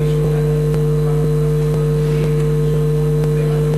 נדירים המקרים במשך השנים שבהם אני עולה